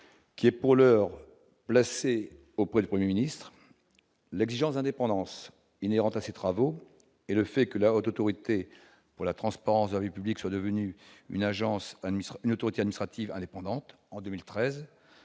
qui est pour l'heure, placé auprès du 1er ministre l'exigence d'indépendance inhérente à ces travaux et le fait que la Haute autorité pour la transparence de la République soit devenue une agence ministre ne tiennent sera-t-il indépendante en 2013